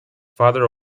father